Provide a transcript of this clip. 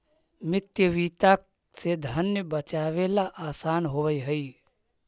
मितव्ययिता से धन बचावेला असान होवऽ हई